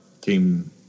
came